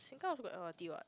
Sengkang also got L_R_T what